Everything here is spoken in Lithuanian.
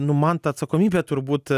nu man ta atsakomybė turbūt